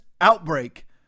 outbreak